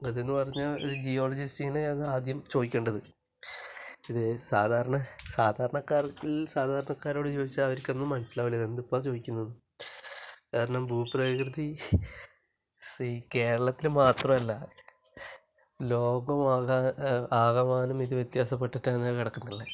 അത് എന്നു പറഞ്ഞാൽ ഒരു ജിയോളജിസ്റ്റിനെ അത് ആദ്യം ചോദിക്കേണ്ടത് ഇത് സാധാരണ സാധാരണക്കാർക്ക് സാധാരണക്കാരോട് ചോദിച്ചാൽ അവർക്ക് ഒന്നും മനസ്സിലാകില്ല ഇത് എന്താ ഇപ്പം ചോദിക്കുന്നത് കാരണം ഭൂപ്രകൃതി സീ കേരളത്തില് മാത്രമല്ല ലോകമാകെ ആകമാനം ഇത് വ്യത്യാസപ്പെട്ടിട്ടാണ് കിടക്കുന്നുള്ളത്